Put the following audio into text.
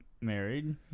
married